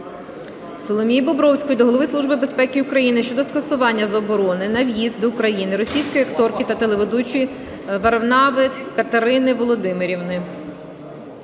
Соломії Бобровської до Голови Служби безпеки України щодо скасування заборони на в'їзд до України російської акторки та телеведучої Варнави Катерини Володимирівни.